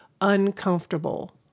uncomfortable